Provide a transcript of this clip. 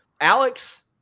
Alex